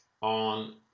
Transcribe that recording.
on